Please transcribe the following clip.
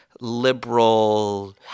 liberal